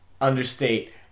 understate